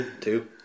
two